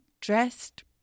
dressed